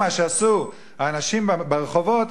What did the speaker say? מה שעשו האנשים ברחובות,